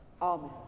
Amen